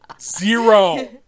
zero